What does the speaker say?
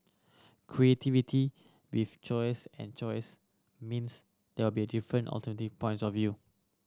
creativity with chaos and chaos means there'll be different alternate points of view